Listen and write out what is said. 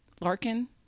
larkin